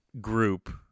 group